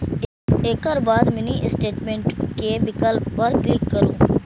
एकर बाद mini statement के विकल्प पर क्लिक करू